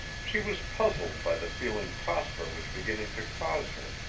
she was puzzled by the feeling prosper was beginning to cause her,